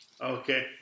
Okay